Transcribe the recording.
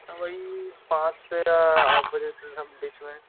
हाँ वही पांच से आठ बजे बीच में